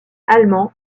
allemand